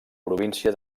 província